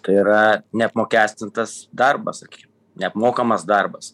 tai yra neapmokestintas darbas sakykim neapmokamas darbas